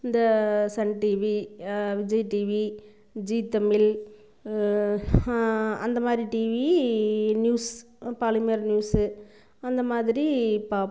இந்த Sun TV Vijay TV Zee Tamil அந்தமாதிரி TV news Polimer news அந்தமாதிரி பாப்